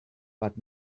but